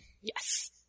Yes